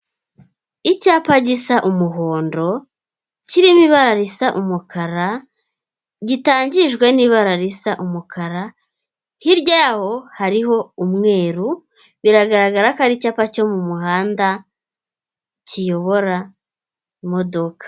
Icyapa gisa umuhondo kirimo ibara risa umukara, gitangijwe n'ibara risa umukara hiryawo hariho umweru biragaragara ko ari icyapa cyo mu muhanda kiyobora imodoka.